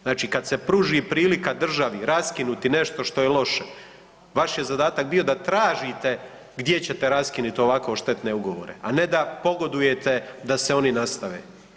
Znači kad se pruži prilika državi raskinuti nešto što je loše, vaš je zadatak bio da tražite gdje ćete raskinuti ovako štetne ugovore, a ne da pogodujete da se oni nastave.